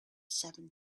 seven